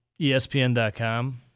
ESPN.com